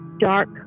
dark